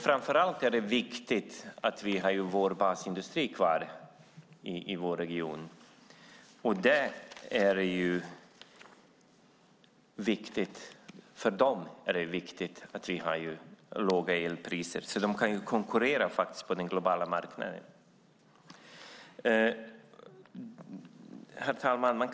Framför allt är det viktigt att vi har kvar basindustrin i vår region. För dem är det viktigt att ha låga elpriser så att de kan konkurrera på den globala marknaden. Herr talman!